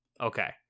Okay